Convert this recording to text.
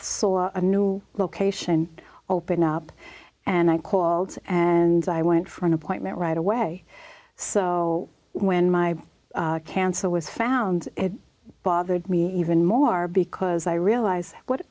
a new location open up and i called and i went for an appointment right away so when my cancer was found it bothered me even more because i realized what